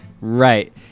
Right